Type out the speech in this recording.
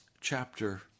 chapter